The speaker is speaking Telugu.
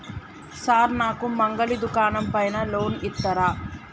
సార్ నాకు మంగలి దుకాణం పైన లోన్ ఇత్తరా?